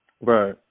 Right